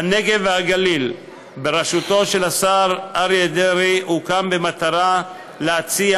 הנגב והגליל בראשותו של השר אריה דרעי הוקם במטרה להציע